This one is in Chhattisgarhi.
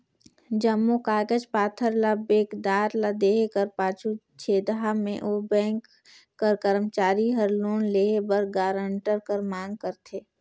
जम्मो कागज पाथर ल बेंकदार ल देहे कर पाछू छेदहा में ओ बेंक कर करमचारी हर लोन लेहे बर गारंटर कर मांग करथे